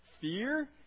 Fear